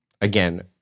again